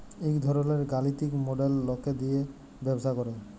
ইক ধরলের গালিতিক মডেল লকে দিয়ে ব্যবসা করে